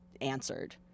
answered